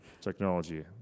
Technology